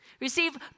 Receive